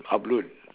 upload